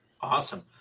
Awesome